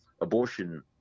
abortion